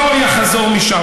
לא יחזור משם.